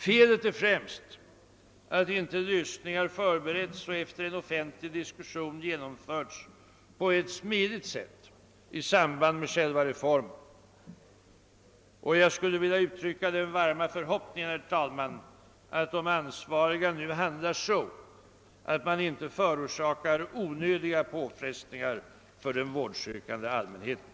Felet är främst att lösningar inte har förberetts och efter offentlig diskussion genomförts på ett smidigt sätt i samband med själva reformen. Jag skulle vilja uttrycka den förhoppningen, herr talman, att de ansvariga nu handlar så, att man inte orsakar onödiga påfrestningar för den vårdsökande allmänheten.